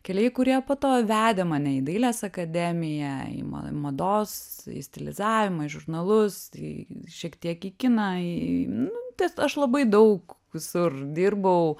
keliai kurie po to vedė mane į dailės akademiją į ma mados į stilizavimą į žurnalus į šiek tiek į kiną į nu aš labai daug visur dirbau